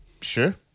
Sure